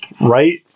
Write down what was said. Right